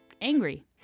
angry